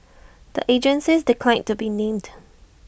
the agencies declined to be named